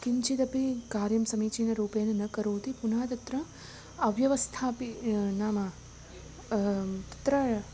किञ्चिदपि कार्यं समीचीनरूपेण न करोति पुनः तत्र अव्यवस्था अपि नाम तत्र